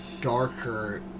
darker